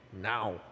now